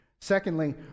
Secondly